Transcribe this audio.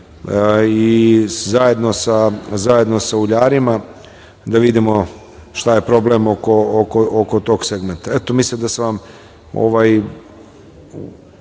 i zajedno sa uljarima da vidimo šta je problem oko tog segmenta. Eto, mislim da sam vam